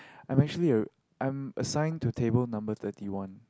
I'm actually a I'm assign to table number thirty one